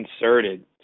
inserted